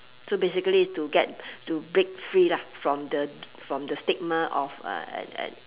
so basically is to get to break free lah from the from the stigma of a a a